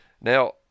Now